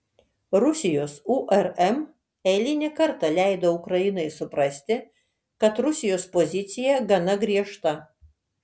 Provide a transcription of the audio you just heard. rusijos urm eilinį kartą leido ukrainai suprasti kad rusijos pozicija gana griežta